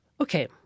Okay